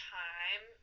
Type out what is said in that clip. time